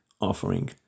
offering